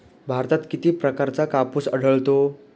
भारतात किती प्रकारचा कापूस आढळतो?